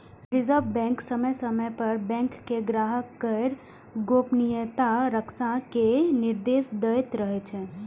reserve bank समय समय पर बैंक कें ग्राहक केर गोपनीयताक रक्षा के निर्देश दैत रहै छै